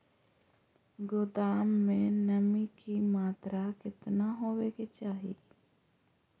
गोदाम मे नमी की मात्रा कितना होबे के चाही?